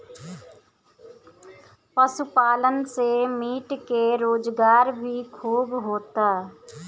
पशुपालन से मीट के रोजगार भी खूब होता